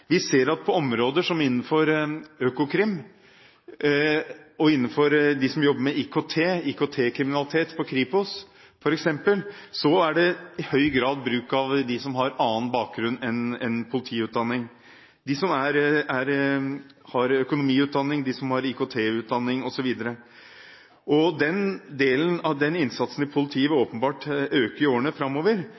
Vi ser at innenfor Økokrim og innenfor IKT – de som jobber med IKT-kriminalitet på Kripos, f.eks. – er det i høy grad bruk for dem som har annen bakgrunn enn politiutdanning: de som har økonomiutdanning, de som har IKT-utdanning osv. Den delen av innsatsen i politiet vil åpenbart øke i årene framover,